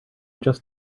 just